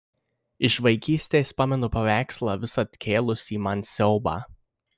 iš vaikystės pamenu paveikslą visad kėlusį man siaubą